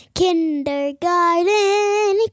kindergarten